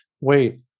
wait